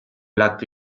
black